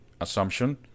assumption